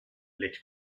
lit